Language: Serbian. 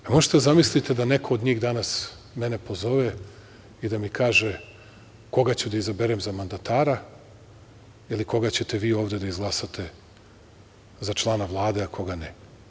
Da li možete da zamislite da neko od njih danas mene pozove i da mi kaže koga ću da izaberem za mandatara ili koga ćete vi ovde da izglasate za člana Vlade, a koga ne?